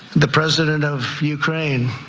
the president of ukraine